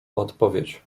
odpowiedź